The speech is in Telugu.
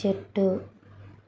చెట్టు